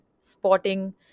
spotting